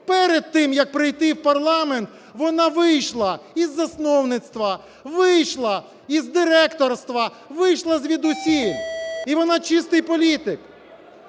перед тим, як прийти в парламент, вона вийшла із засновництва, вийшла із директорства, вийшла звідусіль, і вона чистий політик.